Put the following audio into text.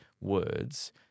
words